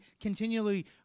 continually